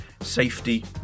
safety